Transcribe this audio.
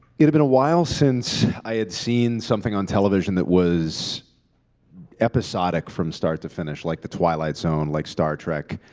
it had been a while since i had seen something on television that was episodic from start to finish, like the twilight zone, like star trek,